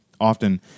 Often